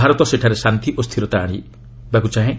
ଭାରତ ସେଠାରେ ଶାନ୍ତି ଓ ସ୍ଥିରତା ଆସିବାକୁ ଚାହେଁ